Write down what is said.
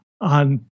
on